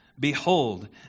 Behold